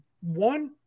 one